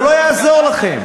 זה לא יעזור לכם,